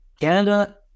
canada